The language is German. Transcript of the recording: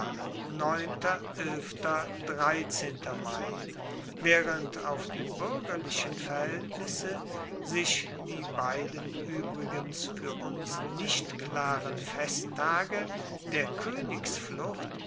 waehrend auf die buergerlichen verhaeltnisse sich die beiden uebrigens fuer uns nicht klaren festtage der